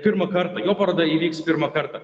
pirmą kartą jo paroda įvyks pirmą kartą